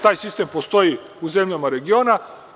Taj sistem postoji u zemljama regiona.